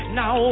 now